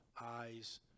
Eyes